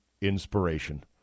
inspiration